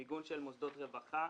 מיגון של מוסדות רווחה,